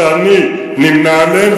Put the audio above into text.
שאני נמנה עמם,